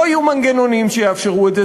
לא יהיו מנגנונים שיאפשרו את זה.